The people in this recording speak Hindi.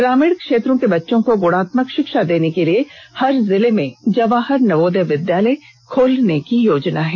ग्रामीण क्षेत्रों के बच्चों को गुणात्मक शिक्षा देने के लिए हर जिले में जवाहर नवोदय विद्यालय खोलने की योजना है